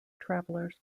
travelers